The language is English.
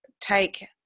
take